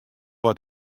wat